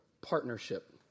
partnership